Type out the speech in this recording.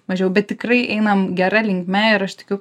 mažiau bet tikrai einam gera linkme ir aš tikiu